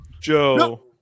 Joe